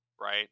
right